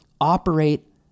operate